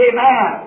Amen